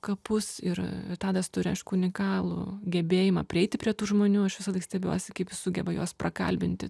kapus ir tadas turi unikalų gebėjimą prieiti prie tų žmonių aš visąlaik stebiuosi kaip jis sugeba juos prakalbinti